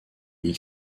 les